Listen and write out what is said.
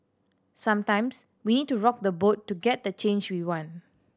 sometimes we need to rock the boat to get the change we want